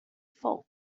false